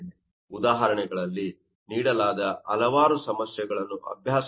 ಉದಾಹರಣೆಗಳಲ್ಲಿ ನೀಡಲಾದ ಹಲವಾರು ಸಮಸ್ಯೆಗಳನ್ನು ಅಭ್ಯಾಸ ಮಾಡಿ